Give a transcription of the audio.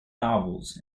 novels